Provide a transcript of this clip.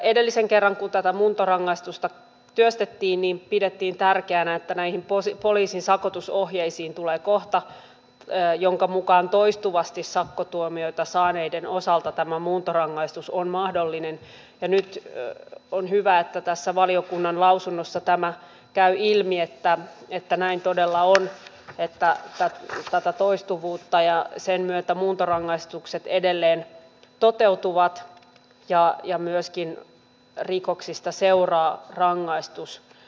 edellisen kerran kun tätä muuntorangaistusta työstettiin pidettiin tärkeänä että näihin poliisin sakotusohjeisiin tulee kohta jonka mukaan toistuvasti sakkotuomioita saaneiden osalta tämä muuntorangaistus on mahdollinen ja nyt on hyvä että tässä valiokunnan lausunnossa tämä käy ilmi että näin todella on että jos on tätä toistuvuutta sen myötä muuntorangaistukset edelleen toteutuvat ja myöskin rikoksesta seuraa rangaistus